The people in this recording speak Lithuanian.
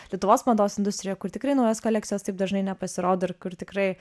lietuvos mados industrijoje kur tikrai naujos kolekcijos taip dažnai nepasirodo ir kur tikrai